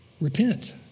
Repent